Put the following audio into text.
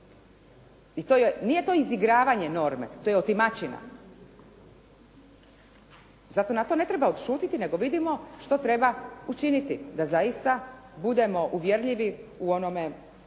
i nije to izigravanje norme, to je otimačina. Zato na to ne treba odšutjeti nego vidimo što treba učiniti da zaista budemo uvjerljivi u onome